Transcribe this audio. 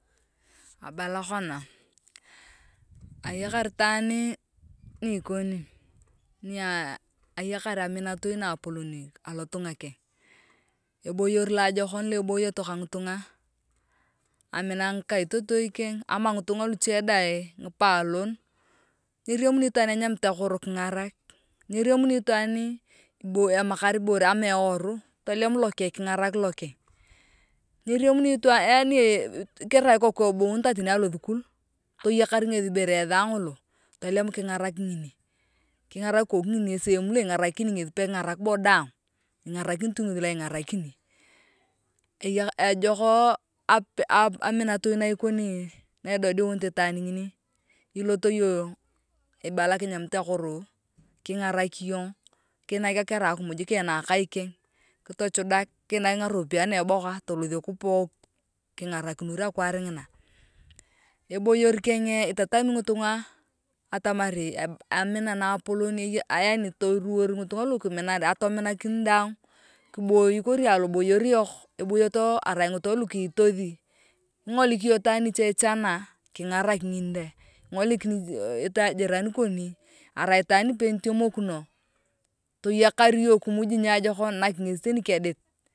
Abula kona ayakar itwaan ni ikoni ni ayakar aminakoi ka ngethi na apolon alotunga keng uboyor loajokon loa eboyete ka ngitunga luche dang ngipalon nyeremuni itwaaan enyamit akoro kingarak nyenimuni itwaan enyamit akoro kingarak nyenamuni itwaan iboi emakar ibore ama ewuru tolem lokeng king’arak lokong nyeramuni itwaan yaani kerai ikoku teni ibuunitae alothukul toyokar ibore tolem kingaraki ngini kingarak ikoku ngini esehemu loaing’rakini ngeth pe king’arak bo daang ingarakin tu ngeth lo engarakin eyaaa ejok aminatoi na ikoni ngina na idodiunit itaan ngini ilot iyong ibala kinyamit akoro kingarak iyong kiinak karai akimuj keng nakai keng kitocgudak kiinak ngaropiae na eboka tolot kipoo kingarakinor akwaar ngina eboyor keng itatami ngitunga atamar amina napoleon yaani toruwor ngitunga lokiminan atominakin daang kiboi kori aloboyer yok eboyoto arai ngitunga lokiitothi kiingolik iyong itwaan niche ichana kingarak ngini dang kingoliki jirani koni arai itwaan nipe nyitemokino toyakar iyong kimuji niajokon nak ngesi teni kidet.